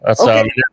Okay